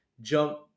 jump